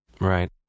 Right